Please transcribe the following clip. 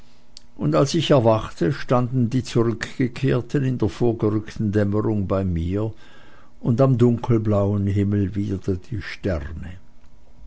und als ich erwachte standen die zurückgekehrten in der vorgerückten dämmerung bei mir und am dunkelblauen himmel wieder die sterne